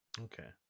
Okay